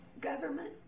government